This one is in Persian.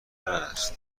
است